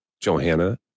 Johanna